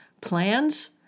Plans